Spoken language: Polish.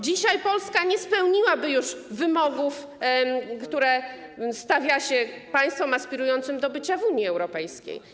Dzisiaj Polska nie spełniłaby już wymogów, które stawia się państwom aspirującym do bycia w Unii Europejskiej.